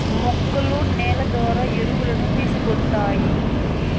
మొక్కలు నేల ద్వారా ఎరువులను తీసుకుంటాయి